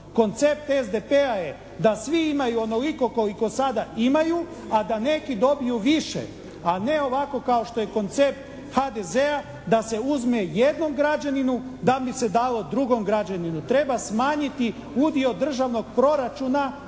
Koncept SDP-a je da svi imaju onoliko koliko sada imaju, a da neki dobiju više. A ne ovako kao što je koncept HDZ-a da se uzme jednom građaninu da bi se dalo drugom građaninu. Treba smanjiti udio državnog proračuna